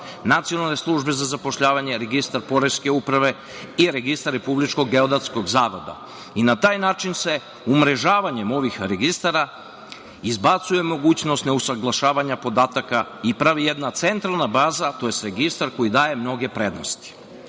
Nacionalne službe za zapošljavanje, Registar Poreske uprave i Registar Republičkog geodetskog zavoda. Na taj način se umrežavanjem ovih registara izbacuje mogućnost ne usaglašavanja podataka i pravi jedna centralna baza, tj. registar koji daje mnoge prednosti. Koje